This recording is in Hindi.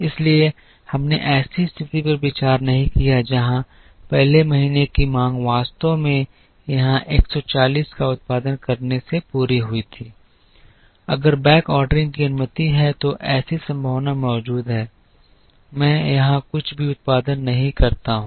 इसलिए हमने ऐसी स्थिति पर विचार नहीं किया जहां पहले महीने की मांग वास्तव में यहां 140 का उत्पादन करने से पूरी हुई थी अगर बैकऑर्डरिंग की अनुमति है तो ऐसी संभावना मौजूद है मैं यहां कुछ भी उत्पादन नहीं करता हूं